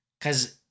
Cause